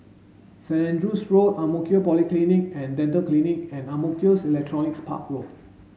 Saint Andrew's Road Ang Mo Kio Polyclinic and Dental Clinic and Ang Mo Kio Electronics Park Road